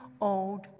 old